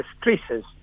stresses